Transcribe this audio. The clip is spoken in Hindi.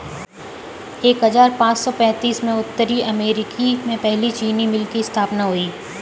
एक हजार पाँच सौ पैतीस में उत्तरी अमेरिकी में पहली चीनी मिल की स्थापना हुई